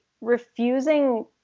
refusing